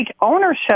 ownership